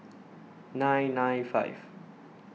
nine nine five